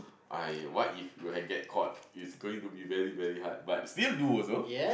I what if you had get caught it's going to be very very hard but still do also